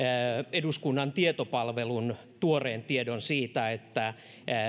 eduskunnan tietopalvelun tuoreen tiedon siitä että